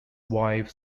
wife